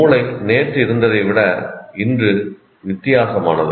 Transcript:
மூளை நேற்று இருந்ததைவிட இன்று வித்தியாசமானது